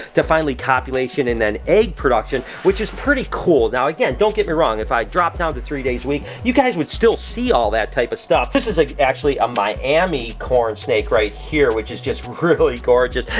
to finally copulation, and then egg production, which is pretty cool. now again, don't get me wrong. if i drop down to three days a week, you guys would still see all that type of stuff. this is like actually a miami corn snake right here, which is just really gorgeous.